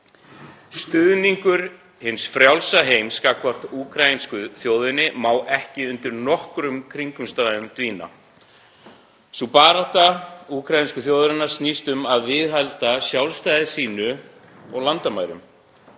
Stuðningur hins frjálsa heims gagnvart úkraínsku þjóðinni má ekki undir nokkrum kringumstæðum dvína. Barátta úkraínsku þjóðarinnar snýst um að viðhalda sjálfstæði sínu og landamærum.